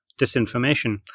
disinformation